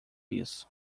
isso